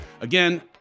Again